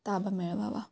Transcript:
ताबा मिळवावा